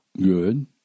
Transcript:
good